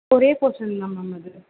ஒரே போர்ஷன் தான் மேம் அது